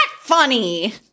funny